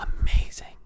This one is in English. amazing